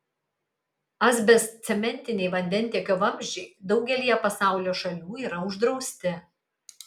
asbestcementiniai vandentiekio vamzdžiai daugelyje pasaulio šalių yra uždrausti